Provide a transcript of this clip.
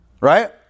Right